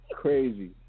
crazy